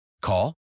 Call